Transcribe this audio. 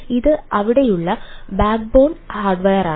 അതിനാൽ ഇത് അവിടെയുള്ള ബാക്ക്ബോൺ ഹാർഡ്വെയറാണ്